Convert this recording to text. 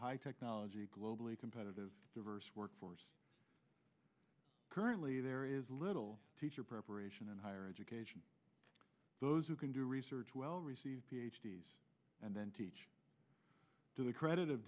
high technology globally competitive diverse workforce currently there is little teacher preparation and higher education those who can do research well received and then teach to the credit of